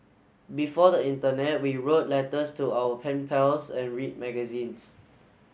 before the internet we wrote letters to our pen pals and read magazines